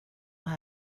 will